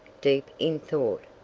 deep in thought.